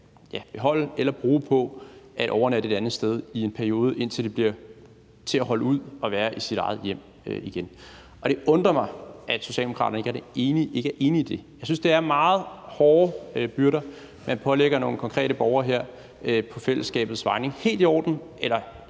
kan beholde eller bruge på at overnatte et andet sted i en periode, indtil det bliver til at holde ud at være i sit eget hjem igen. Og det undrer mig, at Socialdemokraterne ikke er enige i det. Jeg synes, det er meget hårde byrder at pålægge nogle konkrete borgere på fællesskabets vegne. Vi er jo ikke